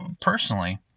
personally